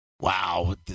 Wow